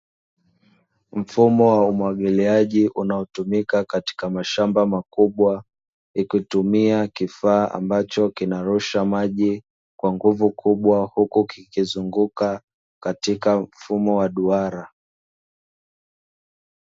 Mfumo wa umwagiliaji unaotumika katika mashamba makubwa, ikitumia kifaa ambacho kinarusha maji kwa nguvu kubwa huku kikizunguka katika mfumo wa duara.